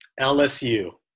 LSU